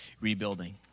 rebuilding